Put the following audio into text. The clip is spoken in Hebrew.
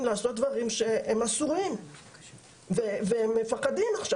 לעשות דברים שהם אסורים והם מפחדים עכשיו.